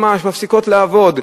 נהרסות ממש, מפסיקות לעבוד.